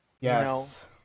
Yes